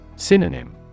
Synonym